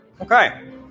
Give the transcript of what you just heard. Okay